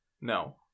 No